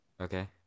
Okay